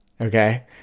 okay